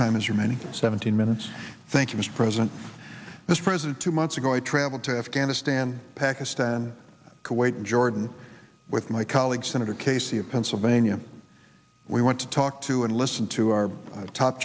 time is your many seventeen minutes thank you mr president this president two months ago i traveled to afghanistan pakistan kuwait and jordan with my colleague senator casey of pennsylvania we want to talk to and listen to our top